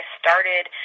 started